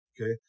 okay